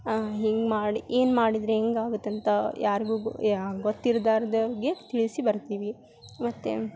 ಹಿಂಗೆ ಮಾಡಿ ಏನು ಮಾಡಿದರೆ ಹಿಂಗ್ ಆಗುತ್ತಂತ ಯಾರ್ಗು ತಿಳಿಸಿ ಬರ್ತೀವಿ ಮತ್ತು